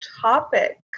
topic